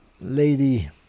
lady